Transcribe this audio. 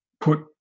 put